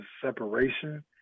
separation